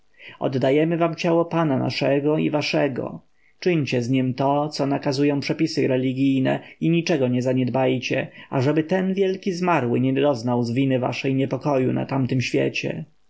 oddajemy wam ciało pana naszego i waszego czyńcie z niem to co nakazują przepisy religijne i niczego nie zaniedbajcie ażeby ten wielki zmarły nie doznał z winy waszej niepokoju na tamtym świecie